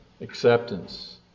acceptance